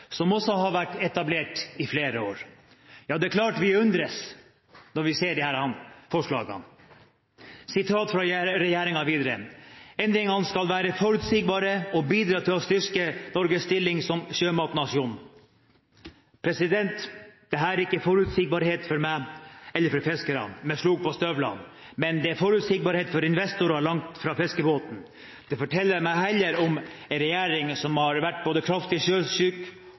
som også har vært etablert i flere år. Ja, det er klart vi undres når vi ser disse forslagene. Jeg siterer videre fra regjeringsplattformen: «Endringer skal være forutsigbare og bidra til å styrke Norges stilling som sjømatnasjon.» Dette er ikke forutsigbarhet for meg eller for fiskere med slo på støvlene, men det er forutsigbarhet for investorer langt fra fiskebåten. Det forteller meg heller om en regjering som har vært både kraftig